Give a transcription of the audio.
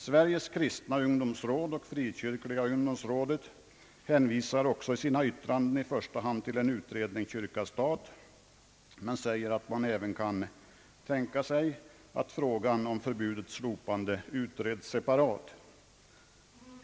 Sveriges kristna ungdomsråd och frikyrkliga ungdomsrådet hänvisar i sina yttranden i första hand också till en utredning om kyrka—stat, men säger, att man även kan tänka sig att frågan om förbudets slopande utreds separat.